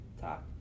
talk